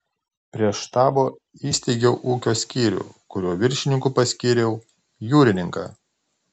prie štabo įsteigiau ūkio skyrių kurio viršininku paskyriau jūrininką